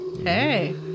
Hey